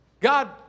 God